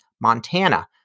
Montana